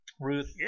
Ruth